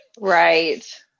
Right